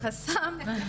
אני ממש לא חושבת שזה חסם.